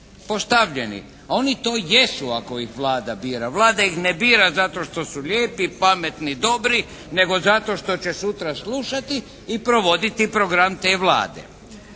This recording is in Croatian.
Oni to jesu ako ih Vlada bira. Vlada ih ne bira zato što su lijepi, pametni, dobri, nego zato što će sutra slušati i provoditi program te Vlade.